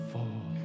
Fall